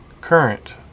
current